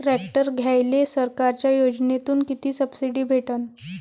Tractor घ्यायले सरकारच्या योजनेतून किती सबसिडी भेटन?